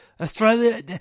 Australia